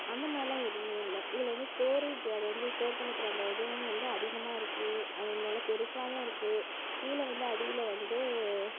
அந்த மாதிரிலாம் எதுவுமே இல்ல இதில் வந்து ஸ்டோரேஜ் அது வந்து ஸ்டோர் பண்ணிக்கிற அந்த இதுவும் வந்து அதிகமாயிருக்கு அதுவிருந்தாலும் பெருசாவுமிருக்கு கீழே வந்து அடியில் வந்து